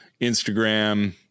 instagram